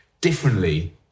differently